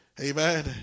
Amen